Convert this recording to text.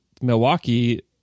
Milwaukee